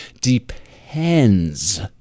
depends